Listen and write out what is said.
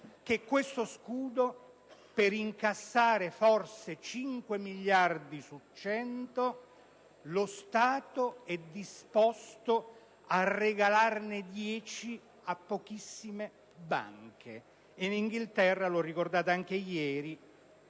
con questo scudo, per incassare forse 5 miliardi su 100 lo Stato è disposto a regalarne 10 a pochissime banche. In Inghilterra - l'ho ricordato anche ieri